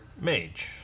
Mage